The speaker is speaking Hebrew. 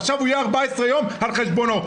יהיה 14 יום בבידוד על חשבונו?